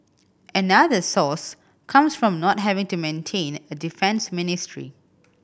another source comes from not having to maintain a defence ministry